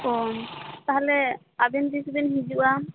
ᱚᱻ ᱛᱟᱦᱚᱞᱮ ᱟᱵᱤᱱ ᱛᱤᱥ ᱵᱤᱱ ᱦᱤᱡᱩᱜᱼᱟ